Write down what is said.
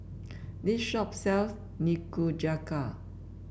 this shop sells Nikujaga